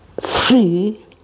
free